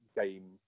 game